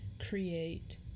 create